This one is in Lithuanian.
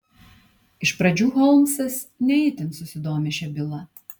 iš pradžių holmsas ne itin susidomi šia byla